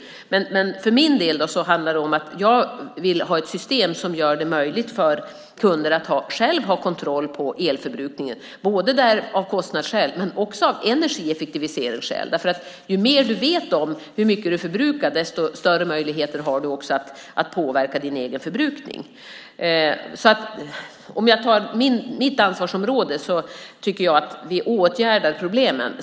Jag för min del vill ha ett system som gör det möjligt för kunder att själva ha kontroll över elförbrukningen både av kostnadsskäl och av energieffektiviseringsskäl. Ju mer du vet om hur mycket du förbrukar, desto större möjligheter har du att påverka din egen förbrukning. För att ta mitt ansvarsområde kan jag säga att jag tycker att vi åtgärdar problemen.